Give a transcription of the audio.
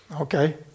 Okay